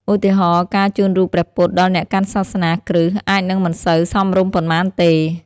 ឧទាហរណ៍ ការជូនរូបព្រះពុទ្ធដល់អ្នកកាន់សាសនាគ្រិស្ត អាចនឹងមិនសូវសមរម្យប៉ុន្មានទេ។